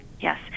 Yes